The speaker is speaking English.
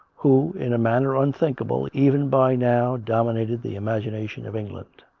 who, in a manner unthinkable, even by now dominated the imagina tion of england.